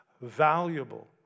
valuable